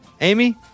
Amy